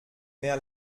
mehr